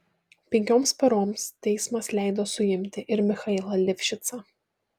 penkioms paroms teismas leido suimti ir michailą livšicą